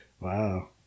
Wow